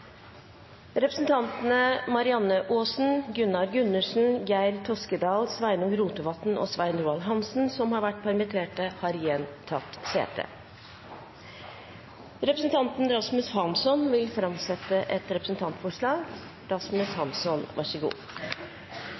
Representantene påhørte stående presidentens minnetale. Representantene Marianne Aasen, Gunnar Gundersen, Geir S. Toskedal, Sveinung Rotevatn og Svein Roald Hansen, som har vært permittert, har igjen tatt sete. Representanten Rasmus Hansson vil framsette et representantforslag.